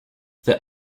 their